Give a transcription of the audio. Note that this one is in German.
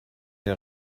der